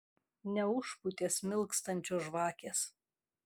neužpūtė smilkstančios žvakės